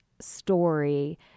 story